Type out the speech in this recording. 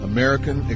American